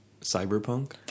Cyberpunk